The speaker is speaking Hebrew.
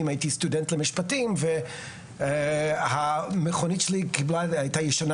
הייתי סטודנט למשפטים והמכונית שלי הייתה ישנה